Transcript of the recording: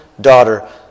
daughter